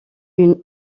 une